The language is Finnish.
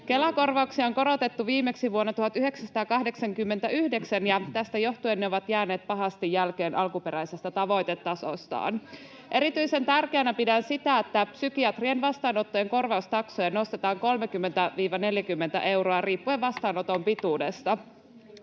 Kela-korvauksia on korotettu viimeksi vuonna 1989, ja tästä johtuen ne ovat jääneet pahasti jälkeen alkuperäisestä tavoitetasostaan. Erityisen tärkeänä pidän sitä, että psykiatrien vastaanottojen korvaustaksoja nostetaan 30—40 euroa riippuen vastaanoton pituudesta.